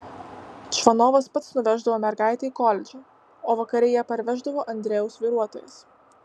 čvanovas pats nuveždavo mergaitę į koledžą o vakare ją parveždavo andrejaus vairuotojas